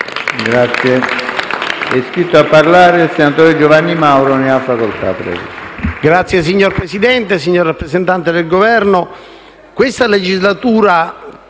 Grazie